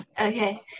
Okay